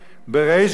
לא בסודות,